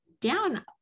down